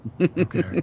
okay